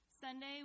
Sunday